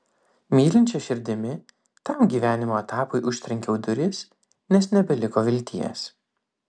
mylinčia širdimi tam gyvenimo etapui užtrenkiau duris nes nebeliko vilties